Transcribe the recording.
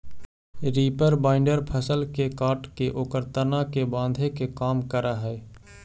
reaper binder फसल के काटके ओकर तना के बाँधे के काम करऽ हई